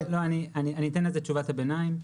אז אני אתן את תשובת הביניים,